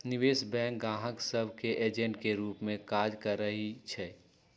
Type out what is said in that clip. निवेश बैंक गाहक सभ के एजेंट के रूप में काज करइ छै